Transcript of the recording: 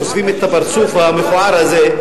חושפים את הפרצוף המכוער הזה,